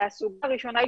הנושא הראשון.